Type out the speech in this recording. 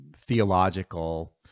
theological